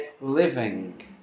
living